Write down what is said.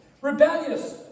rebellious